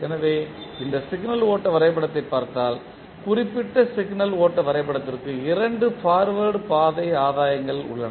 எனவே இந்த சிக்னல் ஓட்ட வரைபடத்தைப் பார்த்தால் குறிப்பிட்ட சிக்னல் ஓட்ட வரைபடத்திற்கு 2 பார்வேர்ட்பாதை ஆதாயங்கள் உள்ளன